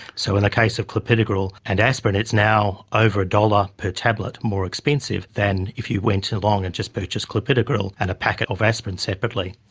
so in the case of clopidogrel and aspirin, it's now over a dollar per tablet more expensive than if you went along and just purchased clopidogrel and a packet of aspirin separately.